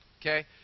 Okay